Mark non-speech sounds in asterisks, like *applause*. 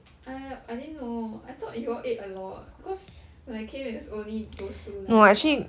*noise* !aiya! I didn't know I thought you all ate a lot because when I came there's only those two left [what]